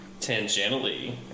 Tangentially